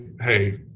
Hey